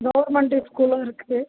government ஸ்கூலும் இருக்குது